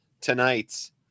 tonight's